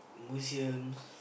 museums